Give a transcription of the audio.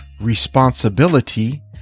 responsibility